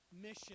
mission